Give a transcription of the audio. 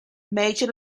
major